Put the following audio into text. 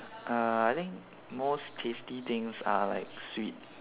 uh I think most tasty things are like sweet